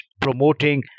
promoting